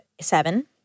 Seven